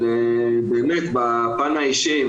אבל באמת בפן האישי,